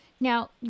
Now